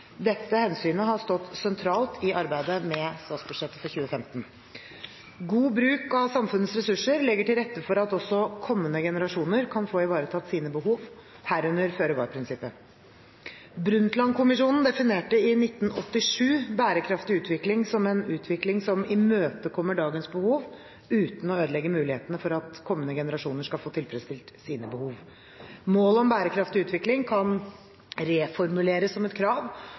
Dette hensynet har stått sentralt i arbeidet med statsbudsjettet for 2015. God bruk av samfunnets ressurser legger til rette for at også kommende generasjoner kan få ivaretatt sine behov, herunder føre-var-prinsippet. Brundtland-kommisjonen definerte i 1987 bærekraftig utvikling som en utvikling som imøtekommer dagens behov uten å ødelegge mulighetene for at kommende generasjoner skal få tilfredsstilt sine behov. Målet om bærekraftig utvikling kan reformuleres som et krav